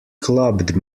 clubbed